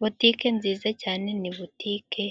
Butike nziza cyane ni butike